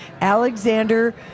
alexander